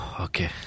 Okay